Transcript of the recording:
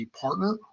partner